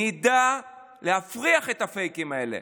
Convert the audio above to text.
נדע להפריך את הפייקים האלה.